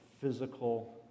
physical